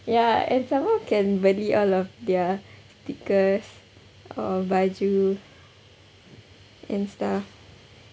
ya and some more can beli all of their stickers or baju and stuff